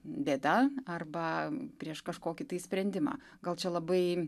bėda arba prieš kažkokį sprendimą gal čia labai